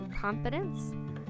confidence